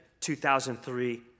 2003